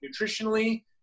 nutritionally